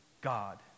God